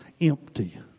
empty